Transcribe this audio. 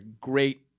great